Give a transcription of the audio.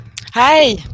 Hi